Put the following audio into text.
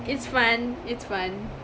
it's fun it's fun